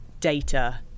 data